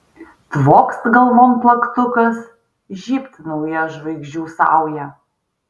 tvokst galvon plaktukas žybt nauja žvaigždžių sauja